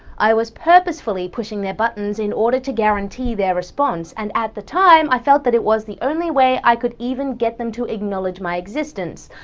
i was purposefully pushing their buttons in order to guarantee their response, and at the time i felt that it was the only way i could even get them to acknowledge my existence.